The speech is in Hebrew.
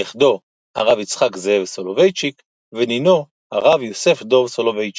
נכדו - הרב יצחק זאב סולובייצ'יק ונינו - הרב יוסף דוב סולובייצ'יק.